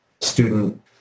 student